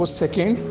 second